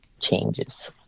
changes